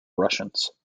russians